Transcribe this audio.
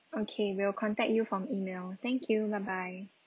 okay we will contact you from email thank you bye bye